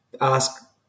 ask